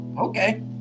Okay